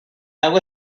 agua